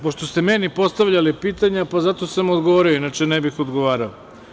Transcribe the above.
Pošto ste meni postavljali pitanja, zato sam odgovorio, inače ne bih odgovarao.